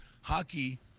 Hockey